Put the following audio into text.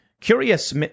Curious